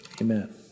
amen